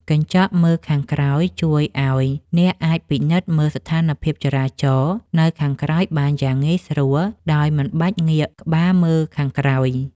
កញ្ចក់មើលខាងក្រោយជួយឱ្យអ្នកអាចពិនិត្យមើលស្ថានភាពចរាចរណ៍នៅខាងក្រោយបានយ៉ាងងាយស្រួលដោយមិនបាច់ងាកក្បាលមើលខាងក្រោយ។